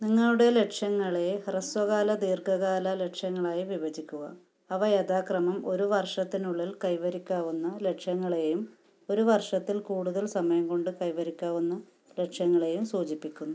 നിങ്ങളുടെ ലക്ഷ്യങ്ങളെ ഹ്രസ്വകാല ദീർഘകാല ലക്ഷ്യങ്ങളായി വിഭജിക്കുക അവ യഥാക്രമം ഒരു വർഷത്തിനുള്ളിൽ കൈവരിക്കാവുന്ന ലക്ഷ്യങ്ങളേയും ഒരു വർഷത്തിൽ കൂടുതൽ സമയം കൊണ്ട് കൈവരിക്കാവുന്ന ലക്ഷ്യങ്ങളേയും സൂചിപ്പിക്കുന്നു